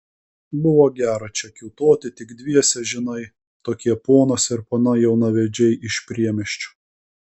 buvo gera čia kiūtoti tik dviese žinai tokie ponas ir ponia jaunavedžiai iš priemiesčio